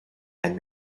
had